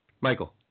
Michael